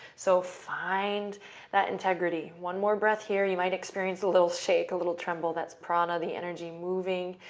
so find that integrity. one more breath here. you might experience a little shake, a little tremble. that's prana, the energy moving,